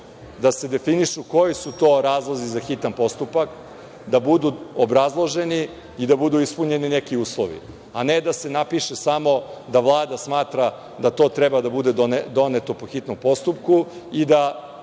da se definišu koji su to razlozi za hitan postupak, da budu obrazloženi i da budu ispunjeni neki uslovi, a ne da se napiše samo da Vlada smatra da to treba da bude doneto po hitnom postupku i da